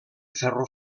ferro